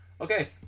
okay